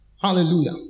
Hallelujah